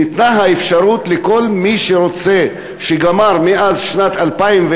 שניתנה האפשרות לכל מי שרוצה, שגמר מאז שנת 2001,